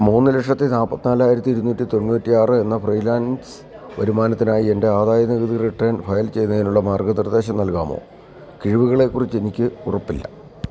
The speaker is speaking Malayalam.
മൂന്ന് ലക്ഷത്തി നാല്പ്പത്തിനാലായിരത്തി ഇരുനൂറ്റിത്തൊണ്ണൂറ്റിയാറ് എന്ന ഫ്രീലാൻസ് വരുമാനത്തിനായി എന്റെ ആദായ നികുതി റിട്ടേൺ ഫയൽ ചെയ്യുന്നതിനുള്ള മാർഗ്ഗനിർദ്ദേശം നൽകാമോ കിഴിവുകളെക്കുറിച്ചെനിക്ക് ഉറപ്പില്ല